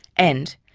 and,